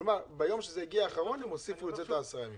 כלומר ביום האחרון שזה הגיע הם הוסיפו את זה לעשרה ימים.